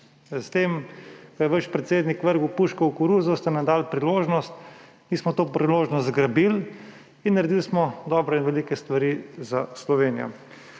S tem, ko je vaš predsednik vrgel puško v koruzo, ste nam dali priložnost. Mi smo to priložnost zgrabili in naredili smo dobre in velike stvari za Slovenijo.